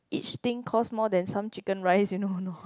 each thing costs more than some Chicken Rice you know or not